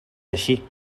així